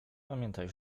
pamiętaj